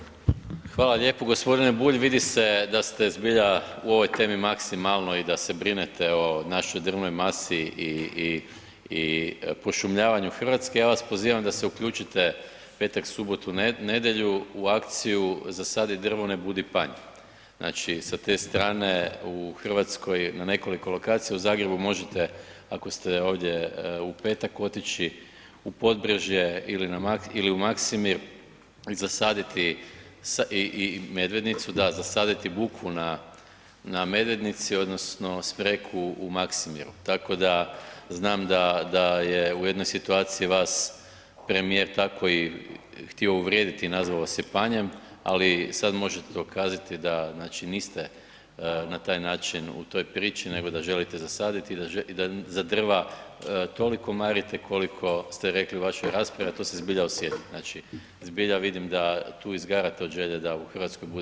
Hvala lijepo. g. Bulj vidi se da ste zbilja u ovoj temi maksimalno i da se brinete o našoj drvnoj masi i, i, i pošumljavanju RH, ja vas pozivam da se uključite petak, subotu, nedjelju u akciju „Zasadi drvo ne budi panj“, znači sa te strane u RH na nekoliko lokacija, u Zagrebu možete ako ste ovdje u petak otići u Podbrežje ili u Maksimir i zasaditi, i Medvednicu da, zasaditi bukvu na Medvednici odnosno smreku u Maksimiru, tako da znam da, da je u jednoj situaciji vas premijer tako i htio uvrijediti i nazvao vas je panjem, ali sad možete dokazati da znači niste na taj način u toj priči, nego da želite zasaditi i da za drva toliko marite koliko ste rekli u vašoj raspravi, a to se zbilja osjeti, znači zbilja vidim da tu izgarate od želje da u RH bude što više šume.